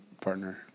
partner